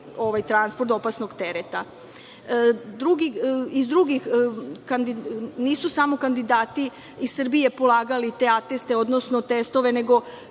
transport opasnog tereta. Nisu samo kandidati iz Srbije polagali te ateste, odnosno testove, nego